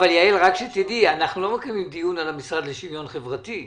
אנחנו לא מקיימים דיון על המשרד לשוויון חברתי.